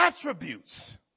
attributes